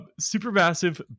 supermassive